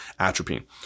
atropine